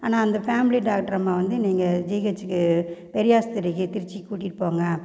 ஆனால் அந்த ஃபேமிலி டாக்ட்ரம்மா வந்து நீங்கள் ஜிஹச்சிக்கு பெரியாஸ்பத்திரிக்கு திருச்சிக்கு கூட்டிகிட்டு போங்க